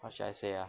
how should I say ah